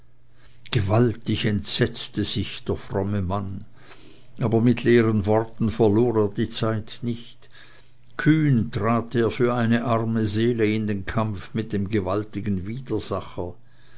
gewaltig entsetzte sich der fromme mann aber mit leeren worten verlor er die zeit nicht kühn trat er für eine arme seele in den kampf mit dem gewaltigen widersacher